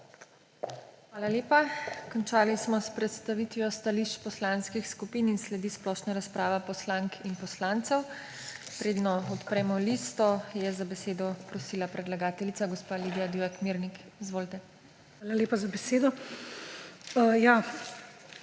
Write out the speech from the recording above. Hvala lepa. Končali smo s predstavitvijo stališč poslanskih skupin in sledi splošna razprava poslank in poslancev. Preden odpremo listo, je za besedo prosila predlagateljica gospa Lidija Divjak Mirnik. Izvolite. LIDIJA DIVJAK